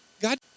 God